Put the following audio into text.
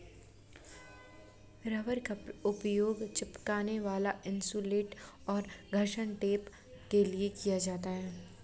rubber का उपयोग चिपकने वाला इन्सुलेट और घर्षण टेप के लिए किया जाता है